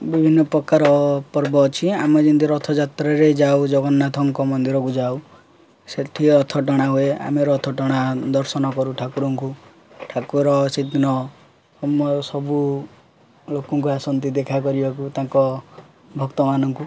ବିଭିନ୍ନ ପ୍ରକାର ପର୍ବ ଅଛି ଆମେ ଯେମିତି ରଥଯାତ୍ରାରେ ଯାଉ ଜଗନ୍ନାଥଙ୍କ ମନ୍ଦିରକୁ ଯାଉ ସେଠି ରଥଟଣା ହୁଏ ଆମେ ରଥଟଣା ଦର୍ଶନ କରୁ ଠାକୁରଙ୍କୁ ଠାକୁର ସେଦିନ ସବୁ ଲୋକଙ୍କୁ ଆସନ୍ତି ଦେଖା କରିବାକୁ ତାଙ୍କ ଭକ୍ତମାନଙ୍କୁ